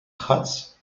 huts